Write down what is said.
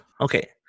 Okay